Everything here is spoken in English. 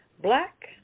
Black